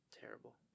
Terrible